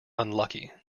unlucky